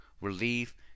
relief